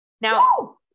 Now